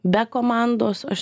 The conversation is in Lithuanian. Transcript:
be komandos aš